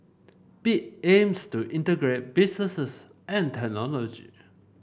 bit aims to integrate businesses and technology